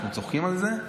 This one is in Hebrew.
אנחנו צוחקים על זה,